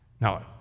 Now